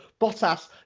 Bottas